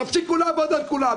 תפסיקו לעבוד על כולם.